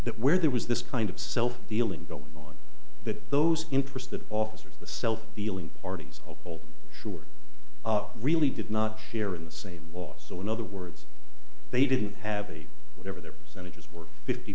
that where there was this kind of self dealing going on that those interest the officers the self dealing parties of all sure really did not share in the same laws so in other words they didn't have a whatever their percentages were fifty